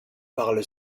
parle